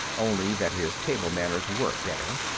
only that his table manners were better.